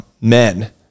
men